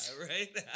right